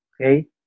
Okay